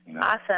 Awesome